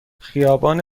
خیابان